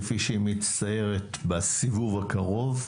כפי שהיא מצטיירת בסיבוב הקרוב,